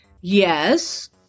yes